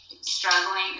struggling